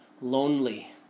lonely